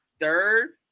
third